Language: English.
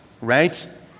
right